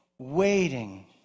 Waiting